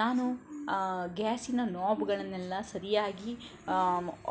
ನಾನು ಗ್ಯಾಸಿನ ನಾಬ್ಗಳನ್ನೆಲ್ಲ ಸರಿಯಾಗಿ